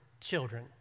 children